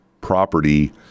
property